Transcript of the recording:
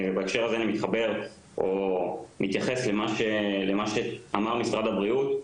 בהקשר הזה אני מתחבר למה שאמר משרד הבריאות.